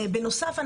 בנוסף,